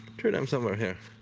threw them somewhere here.